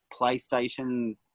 PlayStation